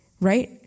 right